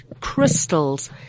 crystals